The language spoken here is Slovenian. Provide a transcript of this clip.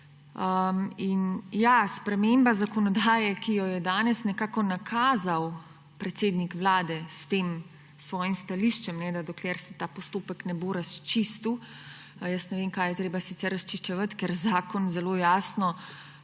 In ja, sprememba zakonodaje, ki jo je danes nekako nakazal predsednik Vlade s tem svojim stališčem, da dokler se ta postopek ne bo razčistil – jaz ne vem, kaj je treba sicer razčiščevati, ker zakon zelo jasno